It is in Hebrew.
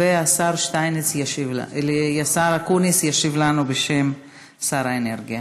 והשר אקוניס ישיב לנו בשם שר האנרגיה.